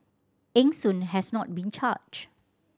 Eng Soon has not been charged